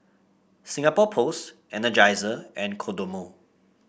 Singapore Post Energizer and Kodomo